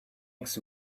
eggs